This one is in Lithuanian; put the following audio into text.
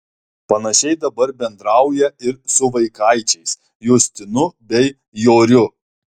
panašiai dabar bendrauja ir su vaikaičiais justinu bei joriu